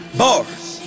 bars